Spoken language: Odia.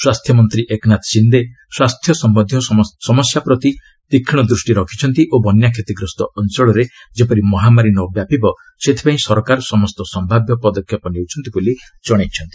ସ୍ୱାସ୍ଥ୍ୟମନ୍ତ୍ରୀ ଏକନାଥ ସିନ୍ଧେ ସ୍ୱାସ୍ଥ୍ୟ ସମ୍ୟନ୍ଧୀୟ ପ୍ରତି ତୀକ୍ଷ୍ମ ଦୃଷ୍ଟି ରଖିଛନ୍ତି ଓ ବନ୍ୟା କ୍ଷତିଗ୍ରସ୍ତ ଅଞ୍ଚଳରେ ଯେପରି ମହାମାରୀ ନ ବ୍ୟାପିବ ସେଥିପାଇଁ ସରକାର ସମସ୍ତ ସମ୍ଭାବ୍ୟ ପଦକ୍ଷେପ ନେଉଛନ୍ତି ବୋଲି ଜଣାଇଛନ୍ତି